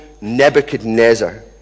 Nebuchadnezzar